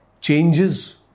Changes